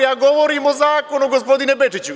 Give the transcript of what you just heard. Ja govorim o zakonu, gospodine Bečiću.